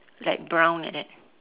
like brown like that